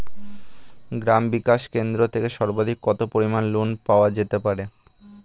গ্রাম বিকাশ কেন্দ্র থেকে সর্বাধিক কত পরিমান লোন পাওয়া যেতে পারে?